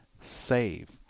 save